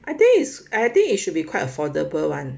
I think is I think it should be quite affordable [one]